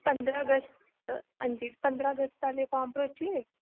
पंदरां अगस्त हां जी पंदरां अगस्त आह्ले फार्म भरोची गे